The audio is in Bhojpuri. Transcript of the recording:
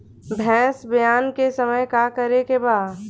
भैंस ब्यान के समय का करेके बा?